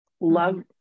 love